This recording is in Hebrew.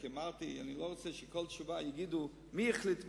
כי אמרתי שאני לא רוצה שכל תשובה יגידו מי החליט,